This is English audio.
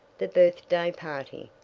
the birthday party.